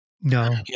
No